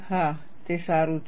હા તે સારું છે